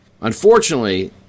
Unfortunately